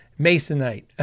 Masonite